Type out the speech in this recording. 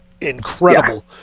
incredible